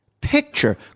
picture